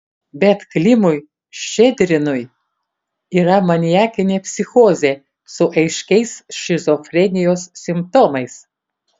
bet klimui ščedrinui yra maniakinė psichozė su aiškiais šizofrenijos simptomais